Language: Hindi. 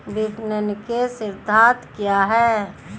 विपणन के सिद्धांत क्या हैं?